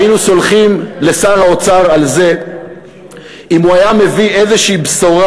היינו סולחים לשר האוצר על זה אם הוא היה מביא איזושהי בשורה